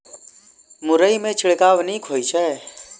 मुरई मे छिड़काव नीक होइ छै?